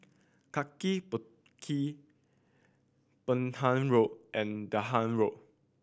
Kaki Bukit Penhas Road and Dahan Road